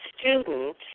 student